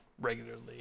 regularly